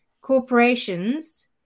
corporations